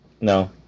No